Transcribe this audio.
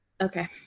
Okay